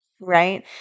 right